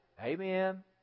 Amen